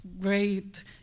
great